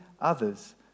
others